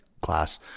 class